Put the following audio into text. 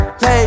hey